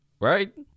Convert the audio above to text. Right